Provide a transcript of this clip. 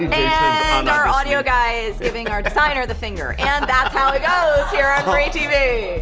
yeah and our audio guy is giving our designer the finger, and that's how it goes here on marietv.